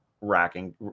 racking